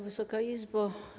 Wysoka Izbo!